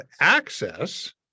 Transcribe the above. access